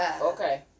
okay